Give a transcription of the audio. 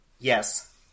Yes